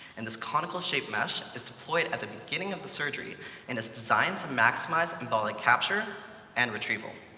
and this conical-shaped mesh is deployed at the beginning of the surgery and is designed to maximize embolic capture and retrieval.